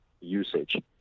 usage